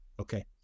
Okay